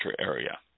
Area